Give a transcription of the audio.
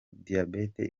diabète